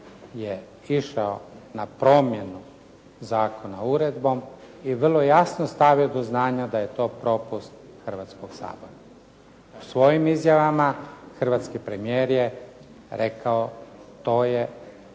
je išao na promjenu zakona uredbom i vrlo jasno stavio do znanja da je to propust Hrvatskog sabora. U svojim izjavama hrvatski premijer je rekao to je